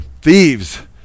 Thieves